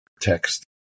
text